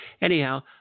Anyhow